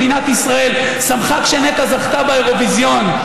מדינת ישראל שמחה כשנטע זכתה באירוויזיון,